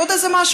עוד איזה משהו?